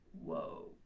whoa